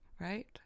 right